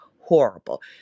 horrible